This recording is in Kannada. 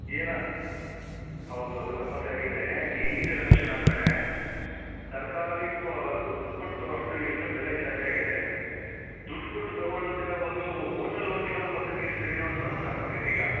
ಏನು ಈ ಹೌದು ಅದು ಸಮಸ್ಯೆ ಆಗಿದೆ ಈಗ ಹೆಂಗಿದೆ ರಮೇಶಣ್ಣ ಅಂದರೆ ತರಕಾರಿ ಕೋ ಗ್ ದುಡ್ಡು ಕೊಟ್ಟು ಅಷ್ಟು ಇಷ್ಟೊಂದು ಬೆಲೆ ಜಾಸ್ತಿ ಆಗಿದೆ ದುಡ್ಡು ಕೊಟ್ಟು ತಗೊಂಡು ತಿನ್ನೋ ಬದಲು ಓಟ್ಲಲ್ಲಿ ಹೋಗ್ ತಿನ್ನೋದು ಮಟ್ಟಕ್ಕೆ ಸರಿಯೋ ಸೊ ಅಂತ ಆಗಿಬಿಟ್ಟಿದೆ ಈಗ